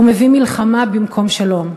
ומביא מלחמה במקום שלום.